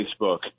Facebook